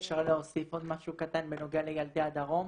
אפשר להוסיף עוד משהו קטן בנוגע לילדי הדרום?